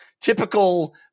typical